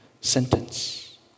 sentence